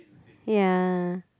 ya